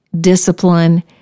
discipline